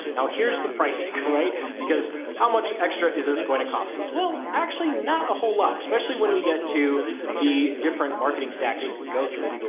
now here's the pricing, right? because how much extra is this going to cost us? well, actually not a whole lot. especially when we get to the different marketing stacks you could go through,